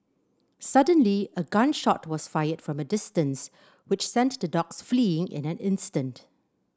suddenly a gun shot was fired from a distance which sent the dogs fleeing in an instant